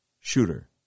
shooter